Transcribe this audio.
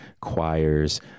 choirs